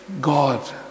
God